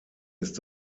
ist